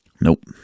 Nope